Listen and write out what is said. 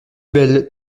belle